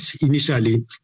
initially